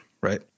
right